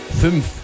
fünf